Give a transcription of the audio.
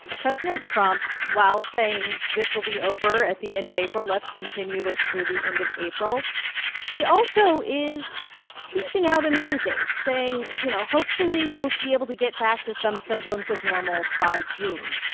president trump, while saying this will be over at the end of april let's continue this through the end of april he also is teasing out another date, saying, you know, hopefully we'll be able to get back to some semblance of normal by june.